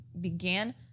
began